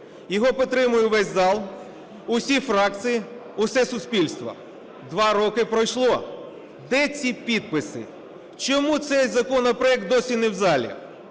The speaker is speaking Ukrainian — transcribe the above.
Його підтримує весь зал, усі фракції, все суспільство. Два роки пройшло. Де ці підписи? Чому цей законопроект досі не в залі?